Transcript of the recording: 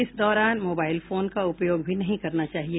इस दौरान mobile phone का उपयोग भी नहीं करना चाहिए